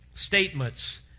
statements